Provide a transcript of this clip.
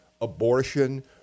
abortion